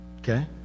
Okay